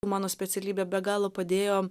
mano specialybė be galo padėjo